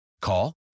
Call